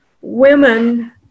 women